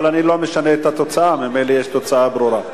אבל אני לא משנה את התוצאה, ממילא יש תוצאה ברורה.